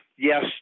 yes